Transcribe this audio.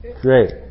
Great